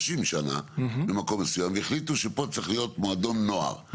שנה במקום מסוים והחליטו שפה צריך להיות מועדון נוער,